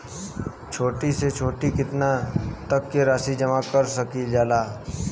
छोटी से छोटी कितना तक के राशि जमा कर सकीलाजा?